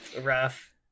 rough